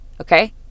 okay